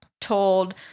told